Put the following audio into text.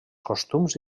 costums